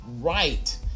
right